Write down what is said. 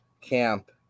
camp